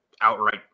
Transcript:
outright